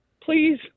Please